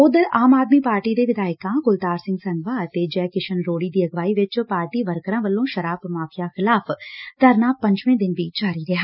ਉਧਰ ਆਮ ਆਦਮੀ ਪਾਰਟੀ ਦੇ ਵਿਧਾਇਕਾਂ ਕੁਲਤਾਰ ਸਿੰਘ ਸੰਧਵਾਂ ਅਤੇ ਜੈ ਕਿਸ਼ਨ ਰੋੜੀ ਦੀ ਅਗਵਾਈ ਵਿਚ ਪਾਰਟੀ ਵਰਕਰਾਂ ਵੱਲੋਂ ਸ਼ਰਾਬ ਮਾਫ਼ੀਆ ਖਿਲਾਫ਼ ਧਰਨਾ ਪੰਜਵੇਂ ਦਿਨ ਵੀ ਜਾਰੀ ਰਿਹਾ